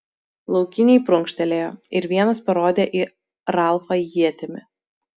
laukiniai prunkštelėjo ir vienas parodė į ralfą ietimi